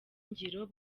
ngiro